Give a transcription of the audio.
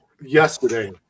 yesterday